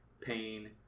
pain